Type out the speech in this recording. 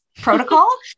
protocol